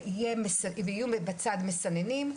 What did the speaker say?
ויהיה בצד מסננים,